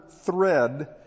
thread